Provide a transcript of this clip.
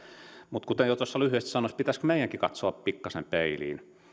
mutta kuten tuossa jo lyhyesti sanoin pitäisikö meidänkin katsoa pikkasen peiliin